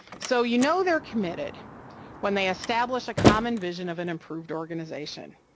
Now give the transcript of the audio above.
so you know they're committed when they establish a common vision of an improved organization,